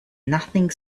nothing